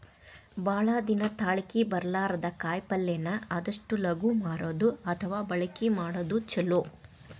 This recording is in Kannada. ಭಾಳ ದಿನಾ ತಾಳಕಿ ಬರ್ಲಾರದ ಕಾಯಿಪಲ್ಲೆನ ಆದಷ್ಟ ಲಗು ಮಾರುದು ಅಥವಾ ಬಳಕಿ ಮಾಡುದು ಚುಲೊ